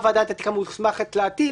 זה היה אירוע משפטי.